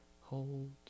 hold